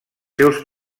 seus